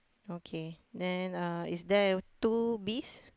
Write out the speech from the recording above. okay then uh is there two bees